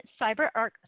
CyberArk